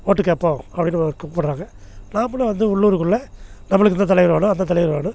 ஓட்டு கேட்போம் அப்படின்னு கூப்பிட்றாங்க நாமளும் வந்து உள்ளூருக்குள்ளே நம்மளுக்கு இந்த தலைவர் வேணும் அந்த தலைவர் வேணும்